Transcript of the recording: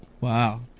Wow